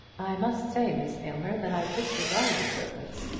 i must say, miss aylmer, that i disregard the servants.